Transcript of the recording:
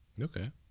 okay